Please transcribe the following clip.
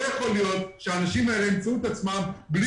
לא יכול להיות שהאנשים האלה ימצאו את עצמם בלי